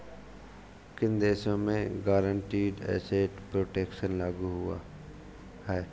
किन देशों में गारंटीड एसेट प्रोटेक्शन लागू हुआ है?